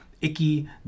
icky